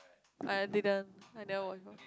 I didn't I never watch before